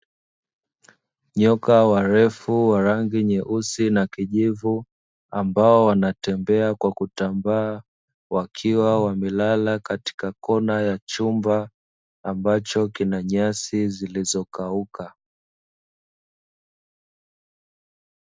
Nyoka warefu wa rangi nyeusi na kijivu ambao wanatembea kwa kutambaa, wakiwa wamelala katika kona ya chumba ambacho kina nyasi zilizokauka.